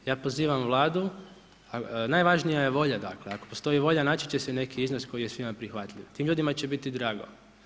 Ja pozivam Vladu, najvažnija je volja dakle ako postoji volja naći će se neki iznos koji je svima prihvatljiv, tim ljudima će biti drago.